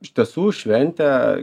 iš tiesų šventė